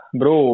bro